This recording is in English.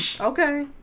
Okay